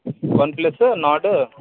OnePlus Nord